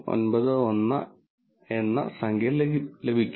9091 എന്ന സംഖ്യ ലഭിക്കും